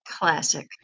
classic